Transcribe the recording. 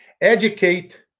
Educate